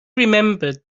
remembered